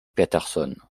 peterson